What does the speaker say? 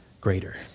greater